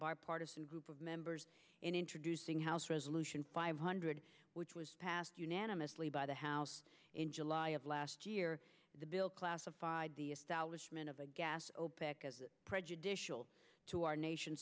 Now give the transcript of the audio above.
bipartisan group of members in introducing house resolution five hundred which was passed unanimously by the house in july of last year the bill classified the establishment of a gas opec as prejudicial to our nation